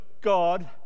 God